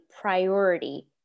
priority